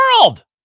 world